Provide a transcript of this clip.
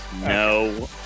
No